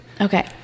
Okay